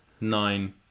Nine